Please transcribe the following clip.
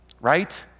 right